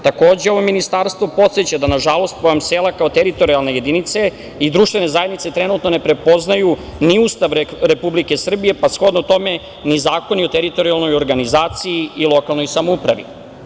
Takođe, ovo Ministarstvo podseća da nažalost pojam sela kao teritorijalne jedinice i društvene zajednice trenutno ne prepoznaju ni Ustav Republike Srbije, pa shodno tome ni zakoni o teritorijalnoj organizaciji i lokalnoj samoupravi.